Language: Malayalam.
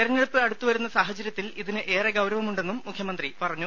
തെരഞ്ഞെടുപ്പ് അടുത്തു വരുന്ന സാഹചര്യത്തിൽ ഇതിന് ഏറെ ഗൌരവമുണ്ടെന്നും മുഖ്യമന്ത്രി പറഞ്ഞു